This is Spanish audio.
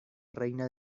reina